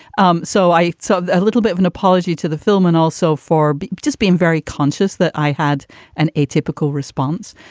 um so i saw a little bit of an apology to the film and also for just being very conscious that i had an atypical response.